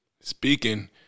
Speaking